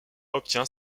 obtient